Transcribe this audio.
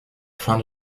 fin